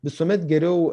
visuomet geriau